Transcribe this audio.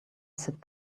sit